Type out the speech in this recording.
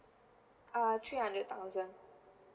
uh three hundred thousand